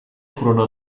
furono